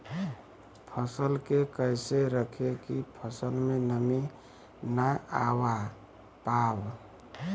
फसल के कैसे रखे की फसल में नमी ना आवा पाव?